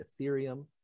Ethereum